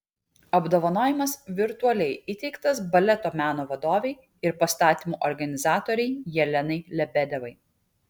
apdovanojimas virtualiai įteiktas baleto meno vadovei ir pastatymų organizatorei jelenai lebedevai